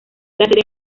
serie